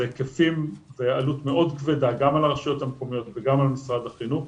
זה היקפים ועלות מאוד כבדה גם על הרשויות המקומיות וגם על משרד החינוך.